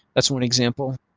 that's one example.